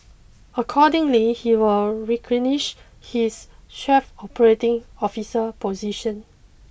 accordingly he will relinquish his chief operating officer position